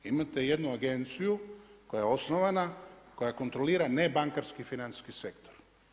Imate jednu agenciju koja je osnovana koja kontrolira nebankarski financijski sektor.